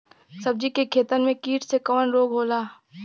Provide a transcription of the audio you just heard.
सब्जी के खेतन में कीट से कवन रोग होला?